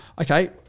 okay